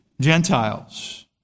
Gentiles